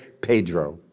Pedro